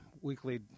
weekly